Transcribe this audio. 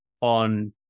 on